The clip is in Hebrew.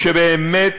שבאמת